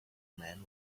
man